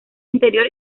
interior